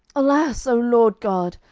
alas, o lord god!